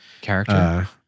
character